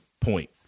Point